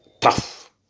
tough